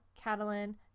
Catalan